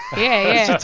yeah,